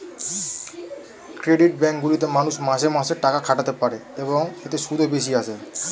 credit bank গুলিতে মানুষ মাসে মাসে টাকা খাটাতে পারে, এবং এতে সুদও বেশি আসে